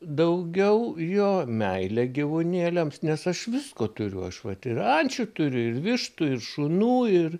daugiau jo meilė gyvūnėliams nes aš visko turiu aš vat ir ančių turiu ir vištų ir šunų ir